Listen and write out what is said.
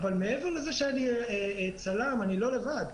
מעבר לזה שאני צלם, אני לא לבד.